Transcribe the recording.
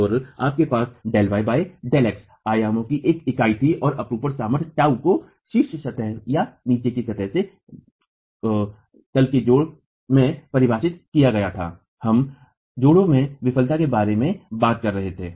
तो आपके पास Δy by Δx आयामों की एक इकाई थी और अपरूपण सामर्थ्य τ को शीर्ष सतह या नीचे की सतह है बिस्तर संयुक्त में परिभाषित किया गया था हम संयुक्त में विफलता के बारे में बात कर रहे थे